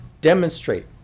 demonstrate